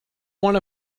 one